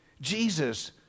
Jesus